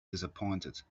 disappointed